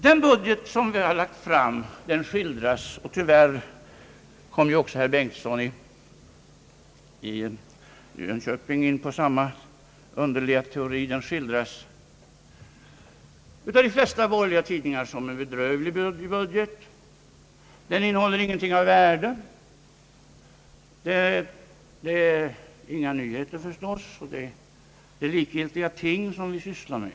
Den budget vi lagt fram skildras — och tyvärr kom även herr Bengtson i Jönköping in på samma underliga teori — av de flesta borgerliga tidningar som bedrövlig. Den innehåller ingenting av värde; det är förstås inga nyheter; det är likgiltiga ting vi sysslar med.